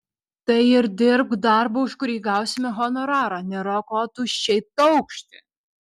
tai ir dirbk darbą už kurį gausime honorarą nėra ko tuščiai taukšti